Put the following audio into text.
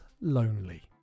lonely